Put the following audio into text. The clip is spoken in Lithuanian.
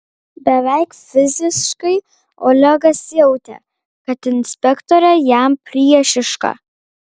beveik fiziškai olegas jautė kad inspektorė jam priešiška